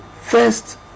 first